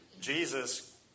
Jesus